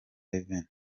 revenue